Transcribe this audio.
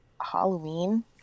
halloween